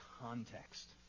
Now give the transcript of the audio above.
context